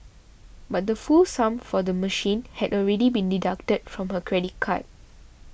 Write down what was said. but the full sum for the machine had already been deducted from her credit card